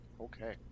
Okay